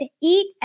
eat